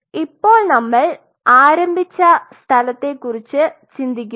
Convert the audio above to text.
ഇപ്പോൾ നമ്മൾ ആരംഭിച്ച സ്ഥലത്തെക്കുറിച്ച് ചിന്തിക്കുക